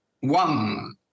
one